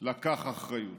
לקח אחריות.